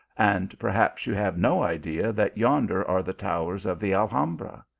and perhaps you have no idea that yonder are the towers of the alhambra?